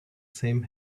same